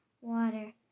water